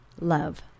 love